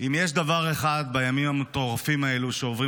אם יש דבר אחד בימים המטורפים האלו שעוברים